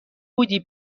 بودی